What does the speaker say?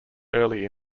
early